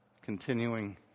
continuing